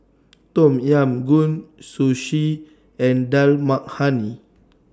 Tom Yam Goong Sushi and Dal Makhani